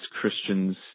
Christians